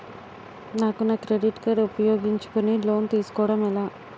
నాకు నా credit card ఉపయోగించుకుని లోన్ తిస్కోడం ఎలా?